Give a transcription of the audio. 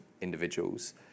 individuals